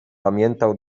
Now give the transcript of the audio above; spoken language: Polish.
pamiętał